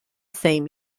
same